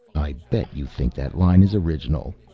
i bet you think that line is original.